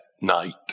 night